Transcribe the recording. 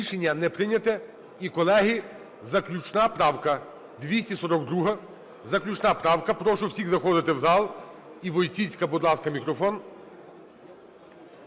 Рішення не прийнято. І, колеги, заключна правка 242-а. Заключна правка, прошу всіх заходити в зал. І Войціцька, будь ласка, мікрофон.